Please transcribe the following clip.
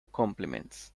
compliments